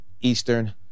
Eastern